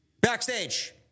Backstage